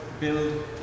build